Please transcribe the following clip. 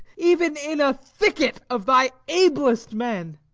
even in a thicket of thy ablest men.